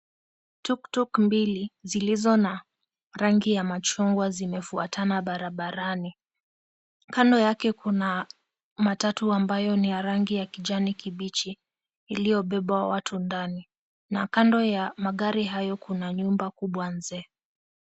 Tuktuk mbili zilizo na rangi ya machungwa, zimefwatana barabarani. Kando yake kuna matatu ambayo ni ya rangi ya kijani kibichi, iliyobeba watu ndani. Na kando ya magari hayo kuna nyumba kubwa nzee.